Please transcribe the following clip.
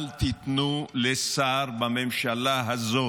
אל תיתנו לשר בממשלה הזו